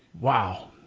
Wow